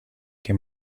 que